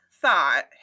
thought